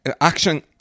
action